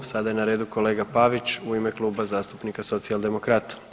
Sada je na redu kolega Pavić u ime Kluba zastupnika Socijaldemokrata.